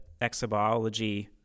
exobiology